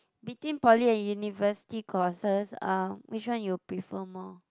between poly and university courses uh which one you prefer more